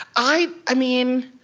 i i mean,